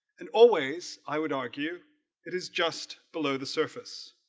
and always i would argue it is just below the surface